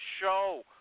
show